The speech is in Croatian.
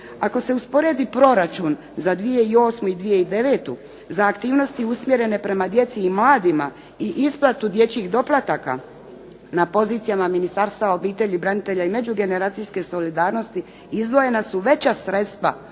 Ako se usporedi proračun za 2008. i 2009. za aktivnosti usmjerene prema djeci i mladima i isplatu dječjih doplataka na pozicijama Ministarstva obitelji, branitelja i međugeneracijske solidarnosti izdvojena su veća sredstva